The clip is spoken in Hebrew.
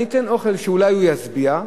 אני אתן אוכל שאולי ישביע.